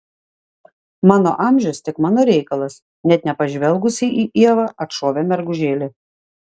mano amžius tik mano reikalas net nepažvelgusi į ievą atšovė mergužėlė